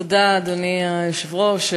אדוני היושב-ראש,